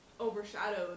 overshadowed